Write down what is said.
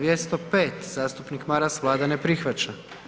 205. zastupnik Maras, Vlada ne prihvaća.